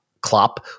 Klopp